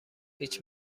هیچ